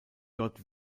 dort